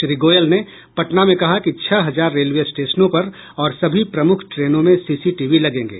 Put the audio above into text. श्री गोयल ने पटना में कहा कि छह हजार रेलवे स्टेशनों पर और सभी प्रमुख ट्रेनों में सीसीटीवी लगेंगे